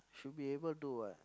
should be able to what